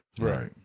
Right